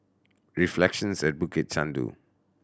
Reflections at Bukit Chandu